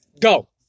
Go